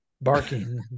barking